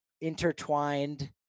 intertwined